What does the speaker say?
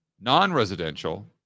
non-residential